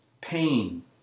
pain